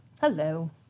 Hello